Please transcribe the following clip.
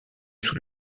sous